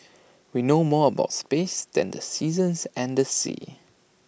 we know more about space than the seasons and the seas